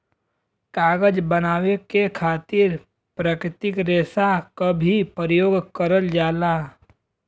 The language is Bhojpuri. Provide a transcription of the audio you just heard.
कागज बनावे के खातिर प्राकृतिक रेसा क भी परयोग करल जाला